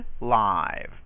live